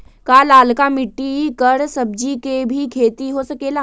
का लालका मिट्टी कर सब्जी के भी खेती हो सकेला?